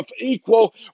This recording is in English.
equal